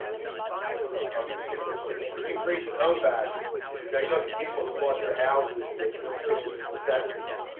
the i'll skip this one. like increase in home value yeah you look at people who bought their houses in the and the sixty s and seventy s,